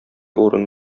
урын